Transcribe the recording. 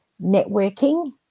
networking